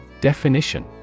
Definition